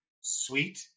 sweet